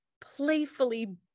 playfully